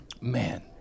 man